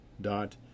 dot